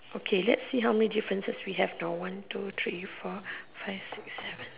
okay let's see how many differences we have now one two three four five six seven